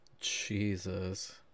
Jesus